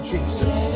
Jesus